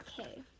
Okay